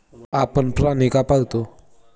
आपण प्राणी का पाळता?